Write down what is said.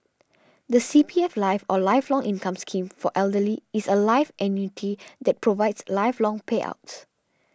the C P F life or Lifelong Income Scheme for the elderly is a life annuity that provides lifelong payouts